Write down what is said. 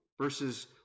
verses